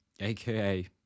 aka